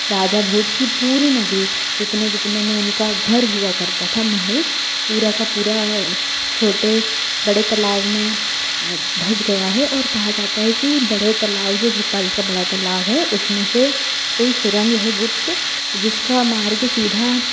राजा भोज की पूरी नगरी जितने जितने में उनका घर हुआ करता था महल पूरा का पूरा छोटे बड़े तलाब में धंस गया है और कहा जाता है कि बड़े तलाब जो भोपाल का बड़ा तलाब है उस में से कोई सुरंग है गुप्त जिस का मार्ग सीधा